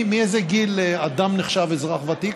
מאיזה גיל אדם נחשב אזרח ותיק?